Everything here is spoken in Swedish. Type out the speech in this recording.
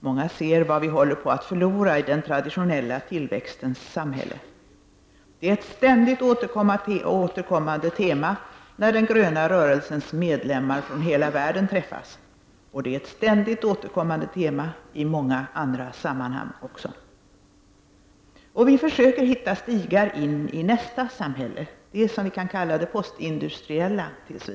Många ser vad vi håller på att förlora i den traditionella tillväxtens samhälle. Det är ett ständigt återkommande tema när den gröna rörelsens medlemmar från hela världen träffas — det är ett ständigt återkommande tema också i många andra sammanhang. Vi fösöker hitta stigar in i nästa samhälle, det som vi tills vidare kan kalla det postindustriella.